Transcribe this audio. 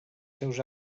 seus